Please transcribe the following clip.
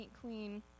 queen